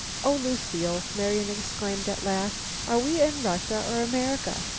oh, lucile! marian exclaimed at last. are we in russia or america?